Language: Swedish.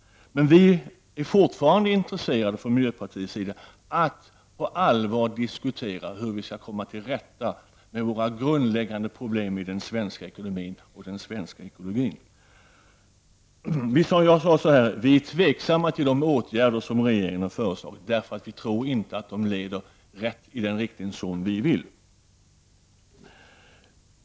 Men vi är fortfarande intresserade från miljöpartiets sida att på allvar diskutera hur vi skall komma till rätta med våra grundläggande problem i den svenska ekonomin och den svenska ekologin. Vi säger så här: Vi är tveksamma till de åtgärder som regeringen har föreslagit, därför att vi inte tror att de leder rätt, i den riktning som vi vill.